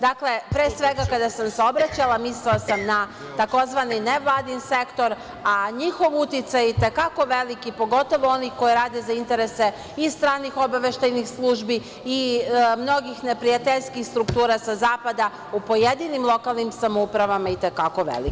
Dakle, pre svega, kada sam se obraćala, mislila sam na tzv. nevladin sektor, a njihov uticaj je i te kako veliki, pogotovo onih koji rade za interese i stranih obaveštajnih službi i mnogih neprijateljskih struktura sa zapada, u pojedinim lokalnim samouprava i te kako veliki.